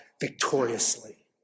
victoriously